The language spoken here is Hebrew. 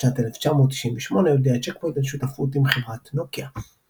בשנת 1998 הודיעה צ'ק פוינט על שותפות עם חברת נוקיה.